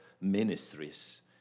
Ministries